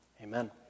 Amen